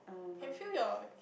can feel your